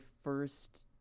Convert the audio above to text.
first